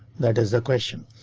that is the question.